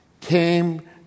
came